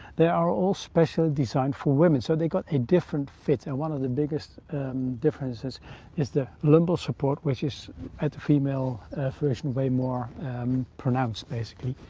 they are all specially designed for women, so they got a different fit, and one of the biggest differences is the lumbar support, which is at the female version way more pronounced basically,